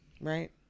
Right